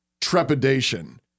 trepidation